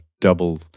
double